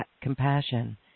compassion